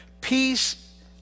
Peace